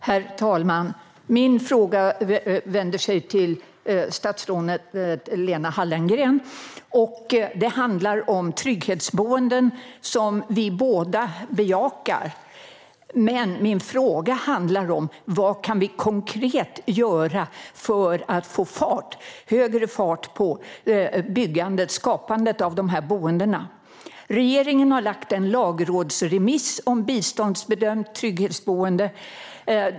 Herr talman! Min fråga går till statsrådet Lena Hallengren. Den handlar om trygghetsboenden, som vi båda bejakar. Men min fråga handlar om vad vi konkret kan göra för att få högre fart på byggandet och skapandet av dessa boenden. Regeringen har skrivit en lagrådsremiss om biståndsbedömt trygghetsboende.